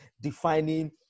defining